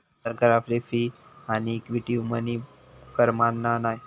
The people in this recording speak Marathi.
सरकार आपली फी आणि इफेक्टीव मनी कर मानना नाय